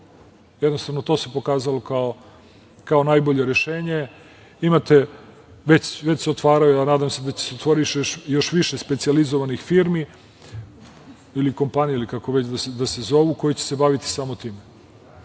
Jednostavno, to se pokazalo kao najbolje rešenje. Već se otvaraju, a nadam se da će se otvoriti još više specijalizovanih firmi, kompanija, ili kako već da se zovu, koje će se baviti samo time,